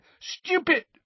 Stupid